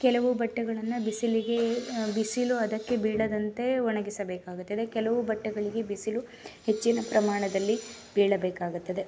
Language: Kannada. ಕೆಲವು ಬಟ್ಟೆಗಳನ್ನು ಬಿಸಿಲಿಗೆ ಬಿಸಿಲು ಅದಕ್ಕೆ ಬೀಳದಂತೆ ಒಣಗಿಸಬೇಕಾಗುತ್ತದೆ ಕೆಲವು ಬಟ್ಟೆಗಳಿಗೆ ಬಿಸಿಲು ಹೆಚ್ಚಿನ ಪ್ರಮಾಣದಲ್ಲಿ ಬೀಳಬೇಕಾಗುತ್ತದೆ